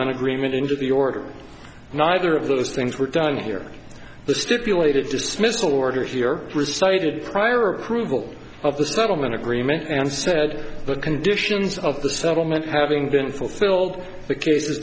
settlement agreement into the order neither of those things were done here the stipulated dismissal order here recited prior approval of the settlement agreement and said the conditions of the settlement having been fulfilled the case